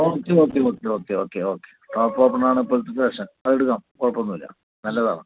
okay okay okay okay okay ടോപ്പോപ്പണാണ് ഇപ്പോഴത്തെ fashion അതെടുക്കാം കുഴപ്പമൊന്നുമില്ല നല്ലതാണ്